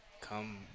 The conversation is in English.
come